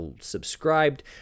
subscribed